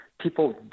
people